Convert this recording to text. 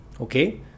okay